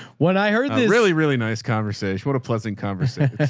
when i heard this really, really nice conversation. what a pleasant conversation.